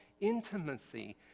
intimacy